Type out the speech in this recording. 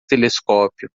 telescópio